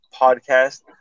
podcast